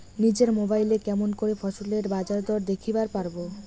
নিজের মোবাইলে কেমন করে ফসলের বাজারদর দেখিবার পারবো?